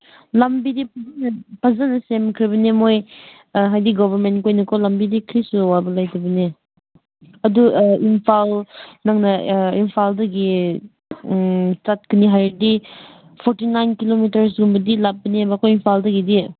ꯂꯝꯕꯤꯗꯤ ꯐꯖꯅ ꯁꯦꯝꯈ꯭ꯔꯕꯅꯦ ꯃꯣꯏ ꯍꯥꯏꯗꯤ ꯒꯚꯔꯃꯦꯟ ꯈꯣꯏꯅꯀꯣ ꯂꯝꯕꯤꯗꯤ ꯀꯔꯤꯁꯨ ꯑꯋꯥꯕ ꯂꯩꯇꯥꯕꯅꯦ ꯑꯗꯨ ꯏꯝꯐꯥꯜ ꯅꯪꯅ ꯏꯝꯐꯥꯜꯗꯒꯤ ꯆꯠꯀꯅꯤ ꯍꯥꯏꯔꯗꯤ ꯐꯣꯔꯇꯤ ꯅꯥꯏꯟ ꯀꯤꯂꯣꯃꯤꯇꯔꯒꯨꯝꯕꯗꯤ ꯂꯥꯞꯄꯅꯦꯕ ꯑꯩꯈꯣꯏ ꯏꯝꯐꯥꯜꯗꯒꯤꯗꯤ